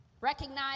recognize